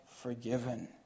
forgiven